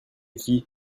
qui